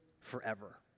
forever